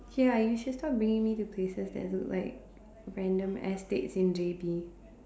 ya you should stop bringing me to places that's like random estates in J_B